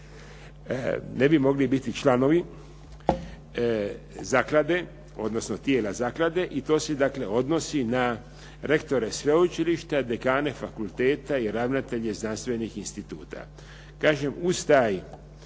ne bi mogli biti članovi zaklade, odnosno tijela zaklade i to se dakle odnosi na rektore sveučilišta, dekane fakulteta i ravnatelje znanstvenih instituta.